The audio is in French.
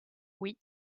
oui